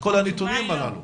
את כל הנתונים הללו?